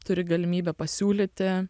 turi galimybę pasiūlyti